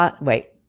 wait